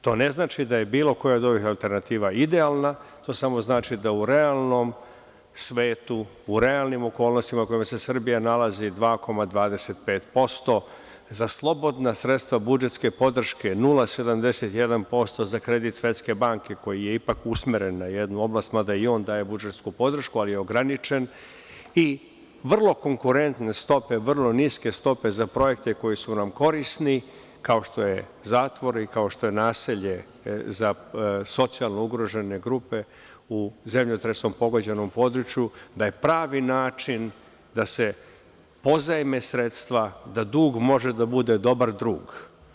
To ne znači da je bilo koja od ovih alternativa idealna, to samo znači da u realnom svetu, u realnim okolnostima u kojima se Srbija nalazi 2,25% za slobodna sredstva budžetske podrške 0,71%, za kredit Svetske banke, koji je ipak usmeren na jednu oblast, mada i on daje budžetsku podršku, ali je ograničen, i vrlo konkurente stope, vrlo niske stope za projekte koji su nam korisni, kao što je zatvor i kao što je naselje za socijalno ugrožene grupe u zemljotresom pogođenom području, da je pravi način da se pozajme sredstva, da dug može da bude dobar drug.